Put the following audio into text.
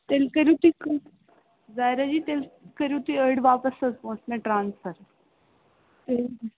تیٚلہِ کٔرِو تُہۍ کٲ ظایراجی تیٚلہِ کٔرِو تُہۍ أڑۍ واپَس حَظ پۅنٛسہٕ مےٚ ٹرٛانسفَر تیٚلہِ